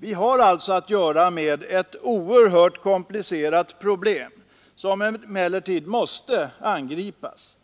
Vi har alltså att göra med ett oerhört komplicerat problem, som emellertid måste angripas.